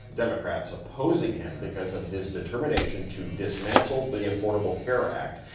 democrats opposing him because of his determination to dismantle the affordable care act.